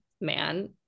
man